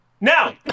Now